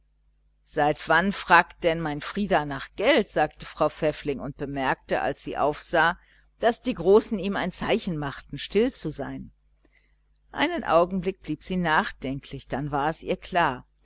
seit wann fragt denn mein frieder nach geld sagte frau pfäffling und bemerkte als sie aufsah daß die großen ihm ein zeichen machten still zu sein einen augenblick blieb sie nachdenklich dann war es ihr klar